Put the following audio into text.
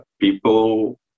people